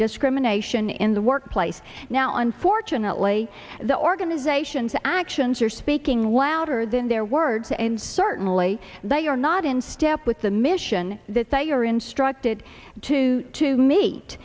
discrimination in the workplace now unfortunately the organizations actions are speaking louder than their words and certainly they are not in step with the mission that they are instructed to to me